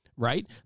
Right